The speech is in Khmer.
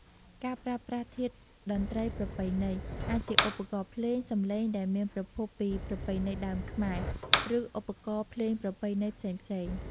ការប្រើប្រាស់ធាតុតន្ត្រីប្រពៃណី អាចជាឧបករណ៍ភ្លេង សំឡេងដែលមានប្រភពពីប្រពៃណីដើមខ្មែរ ឬឧបករណ៍ភ្លេងប្រពៃណីផ្សេងៗ។